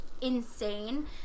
insane